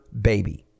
baby